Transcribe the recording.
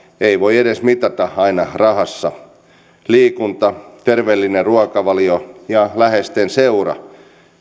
ei voi edes mitata aina rahassa liikunta terveellinen ruokavalio ja läheisten seura